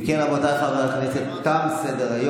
אם כן, רבותיי חברי הכנסת, תם סדר-היום.